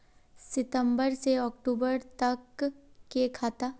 सितम्बर से अक्टूबर तक के खाता?